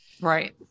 Right